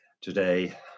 Today